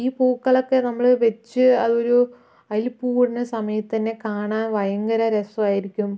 ഈ പൂക്കളൊക്കെ നമ്മളെ വച്ച് അതൊരു അതില് പൂവിടുന്ന കാണാൻ ഭയങ്കര രസമായിരിക്കും